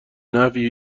نحوی